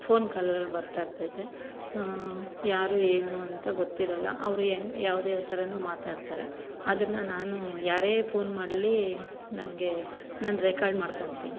phone ಕಾಲ್ಗಳು ಬರ್ತಾ ಇರ್ತೈತೆ ಯಾರು ಏನು ಅಂತ ಗೊತ್ತಿರಲ್ಲ ಅವರು ಹೆಂಗ್ ಯಾವ್ದು ಯಾವ ಥರನೋ ಮಾತಾಡ್ತಾರೆ ಅದನ್ನು ನಾನು ಯಾರೇ ಫೋನ್ ಮಾಡಲಿ ನನಗೆ ನಾನು ರೆಕಾರ್ಡ್ ಮಾಡ್ಕೊತಿನಿ